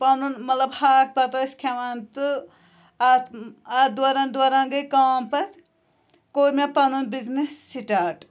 پَنُن مطلب ہاکھ بَتہٕ ٲسۍ کھٮ۪وان تہٕ اَتھ اَتھ دوران دوران گٔے کٲم پَتہٕ کوٚر مےٚ پَنُن بِزنِس سِٹاٹ